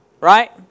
right